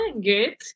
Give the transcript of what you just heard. good